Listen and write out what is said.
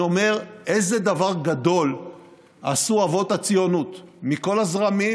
אני אומר: איזה דבר גדול עשו אבות הציונות מכל הזרמים,